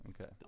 Okay